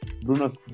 Bruno